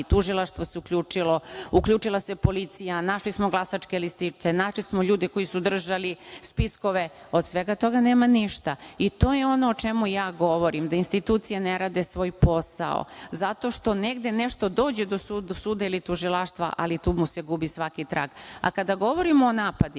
tužilaštvo se uključilo. Uključila se i policija. Našli smo glasačke listiće. Našli smo ljude koji su držali spiskove. Od svega toga nema ništa i to je ono o čemu ja govorim, da institucije ne rade svoj posao zato što negde nešto dođe do suda ili tužilaštva ali tu mu se gubi svaki trag. Kada govorimo o napadima,